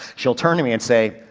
she'll turn to me and say,